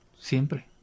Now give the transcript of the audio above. Siempre